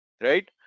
right